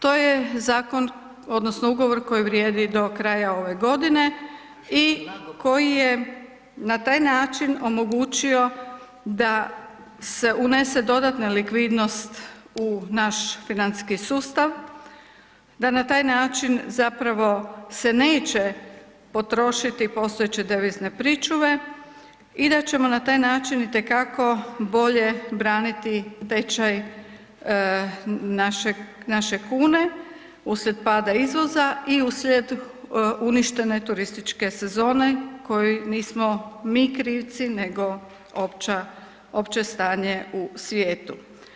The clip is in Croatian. To je zakon, odnosno ugovor koji vrijedi do kraja ove godine i koji je na taj način omogućio da se unese dodatna likvidnost u naš financijski sustav, da na taj način zapravo se neće potrošiti postojeće devizne pričuve i da ćemo na taj način itekako braniti tečaj naše kune uslijed pada izvoza i uslijed uništene turističke sezone koju nismo mi krivci nego opće stanje u svijetu.